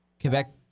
Quebec